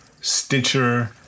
Stitcher